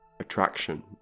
attraction